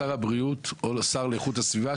שר הבריאות או השר לאיכות הסביבה,